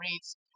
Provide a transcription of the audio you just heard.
reads